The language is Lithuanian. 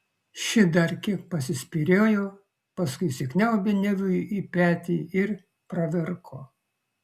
ši dar kiek pasispyriojo paskui įsikniaubė neviui į petį ir pravirko